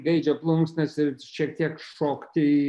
gaidžio plunksnas ir šiek tiek šokti